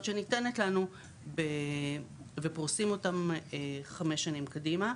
שניתנת לנו ופורסים אותם 5 שנים קדימה.